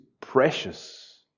precious